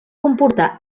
comportar